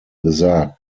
gesagt